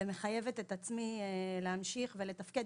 ואני מחייבת את עצמי להמשיך ולתפקד,